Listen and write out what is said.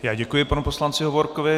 Já děkuji panu poslanci Hovorkovi.